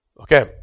Okay